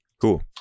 Cool